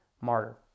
martyr